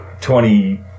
twenty